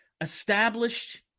established